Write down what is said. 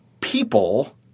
people